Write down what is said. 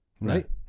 right